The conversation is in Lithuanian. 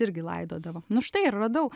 irgi laidodavo nu štai ir radau